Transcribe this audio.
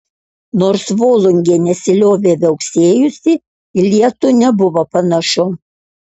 nors volungė nesiliovė viauksėjusi į lietų nebuvo panašu